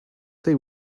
they